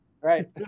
right